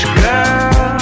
girl